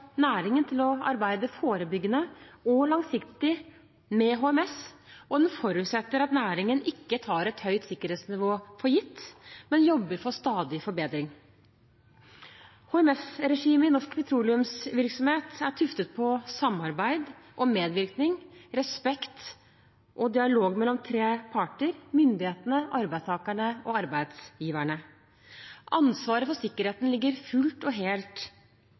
næringen til å arbeide forebyggende og langsiktig med HMS, og den forutsetter at næringen ikke tar et høyt sikkerhetsnivå for gitt, men jobber for stadig forbedring. HMS-regimet i norsk petroleumsvirksomhet er tuftet på samarbeid og medvirkning, respekt og dialog mellom tre parter – myndighetene, arbeidstakerne og arbeidsgiverne. Ansvaret for sikkerheten ligger fullt og helt